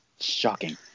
Shocking